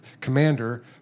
Commander